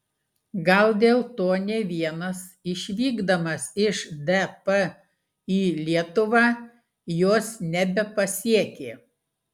gal dėl to ne vienas išvykdamas iš dp į lietuvą jos nebepasiekė